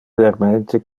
vermente